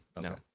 No